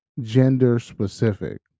gender-specific